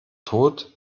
tot